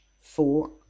four